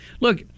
Look